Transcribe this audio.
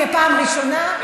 אני קוראת אותך לסדר פעם ראשונה.